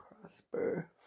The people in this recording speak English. prosper